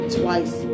twice